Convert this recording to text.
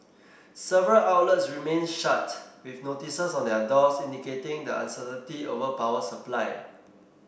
several outlets remained shut with notices on their doors indicating the uncertainty over power supply